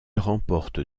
remporte